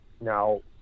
now